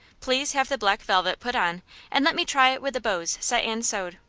please have the black velvet put on and let me try it with the bows set and sewed.